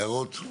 הערות?